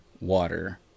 water